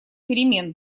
перемен